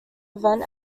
event